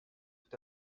tout